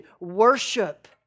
worship